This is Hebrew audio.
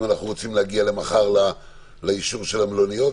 אם אנחנו רוצים להגיע מחר לאישור של המלוניות.